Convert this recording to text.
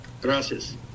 Gracias